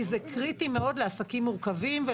כי זה קריטי מאוד לעסקים מורכבים.